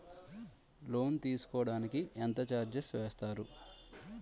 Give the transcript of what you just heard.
Loan తీసుకోడానికి ఎంత charges వేస్తారు?